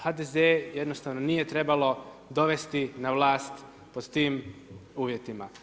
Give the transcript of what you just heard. HDZ jednostavno nije trebalo dovesti na vlast pod tim uvjetima.